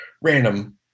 random